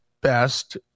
best